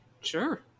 Sure